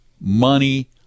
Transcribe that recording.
money